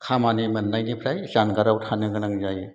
खामानि मोननायनिफ्राय जानगाराव थानो गोनां जायो